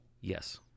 Yes